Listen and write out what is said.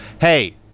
Hey